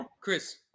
Chris